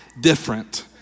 different